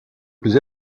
plus